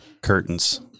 curtains